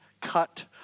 cut